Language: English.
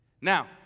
Now